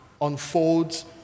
unfolds